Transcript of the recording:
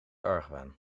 argwaan